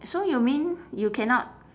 so you mean you cannot